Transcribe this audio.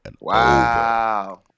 Wow